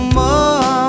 more